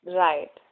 right